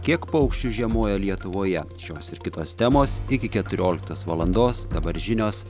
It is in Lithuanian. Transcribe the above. kiek paukščių žiemoja lietuvoje šios ir kitos temos iki keturioliktos valandos dabar žinios